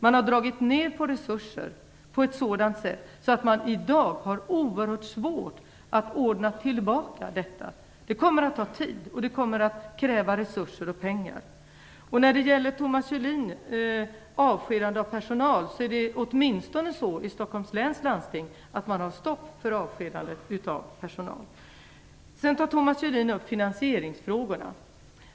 Man har dragit ner resurserna på ett sådant sätt att det i dag är oerhört svårt att ordna tillbaka detta. Det kommer att ta tid, och det kommer att kräva resurser och pengar. När det gäller avskedande av personal har man åtminstone i Stockholms läns landsting satt stopp för detta. Thomas Julin tar också upp finansieringsfrågorna.